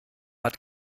hat